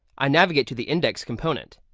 i navigate to the index component.